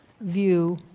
view